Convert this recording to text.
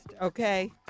Okay